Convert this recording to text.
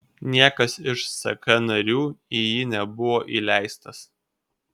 niekas iš ck narių į jį nebuvo įleistas